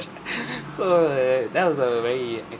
so err that was a very